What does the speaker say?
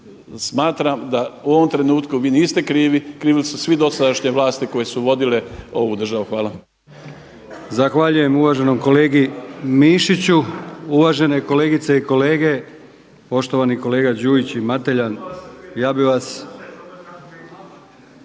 Smatram da u ovom trenutku vi niste krivi, krive su sve dosadašnje vlasti koje su vodile ovu državu. Hvala.